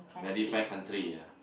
very fair country ah